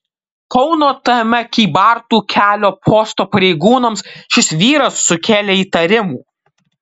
kauno tm kybartų kelio posto pareigūnams šis vyras sukėlė įtarimų